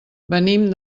venim